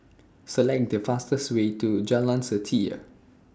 Select The fastest Way to Jalan Setia